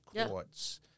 courts